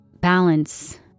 balance